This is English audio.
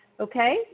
Okay